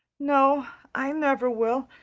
no, i never will.